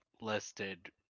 listed